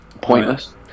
pointless